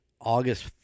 August